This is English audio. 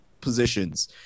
positions